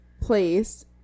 place